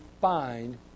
find